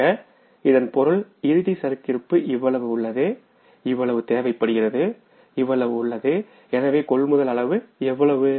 ஆக இதன் பொருள் இறுதி சரக்கிருப்பு இவ்வளவு உள்ளதுஇவ்வளவு தேவைப்படுகிறதுஇவ்வளவு உள்ளதுஎனவே கொள்முதல் அளவு எவ்வளவு